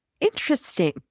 Interesting